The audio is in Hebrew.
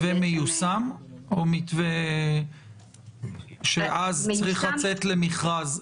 מתווה מיושם, או מתווה שצריך לצאת למכרז?